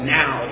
now